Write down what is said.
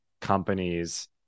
companies